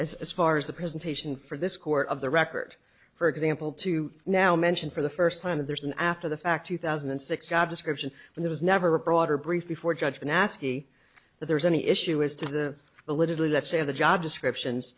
as as far as the presentation for this court of the record for example to now mention for the first time that there's an after the fact two thousand and six job description and there was never a broader brief before judge in ascii that there's any issue as to the literally that say the job descriptions